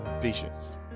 Patience